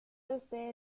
desde